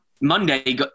Monday